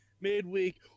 Midweek